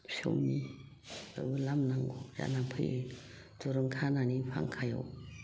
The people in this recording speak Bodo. फिसौनि बेयावनो लामनांगौ जानानै फैयो दुरुं खानानै फांखायाव